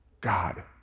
God